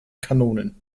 kanonen